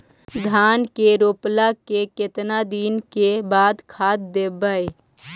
धान के रोपला के केतना दिन के बाद खाद देबै?